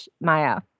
Maya